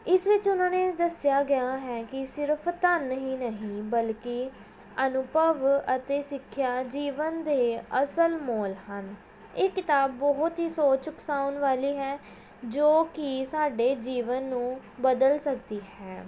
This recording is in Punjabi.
ਇਸ ਵਿੱਚ ਉਹਨਾਂ ਨੇ ਦੱਸਿਆ ਗਿਆ ਹੈ ਕਿ ਸਿਰਫ ਧਨ ਹੀ ਨਹੀਂ ਬਲਕਿ ਅਨੁਭਵ ਅਤੇ ਸਿੱਖਿਆ ਜੀਵਨ ਦੇ ਅਸਲ ਮੋਲ ਹਨ ਇਹ ਕਿਤਾਬ ਬਹੁਤ ਹੀ ਸੋਚ ਉਕਸਾਉਣ ਵਾਲੀ ਹੈ ਜੋ ਕਿ ਸਾਡੇ ਜੀਵਨ ਨੂੰ ਬਦਲ ਸਕਦੀ ਹੈ